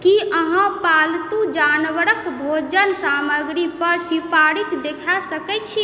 की अहाँ पालतू जानवरके भोजन सामग्रीपर सिफारिश देखा सकैत छी